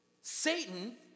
Satan